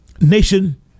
nation